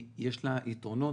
יש לה יתרונות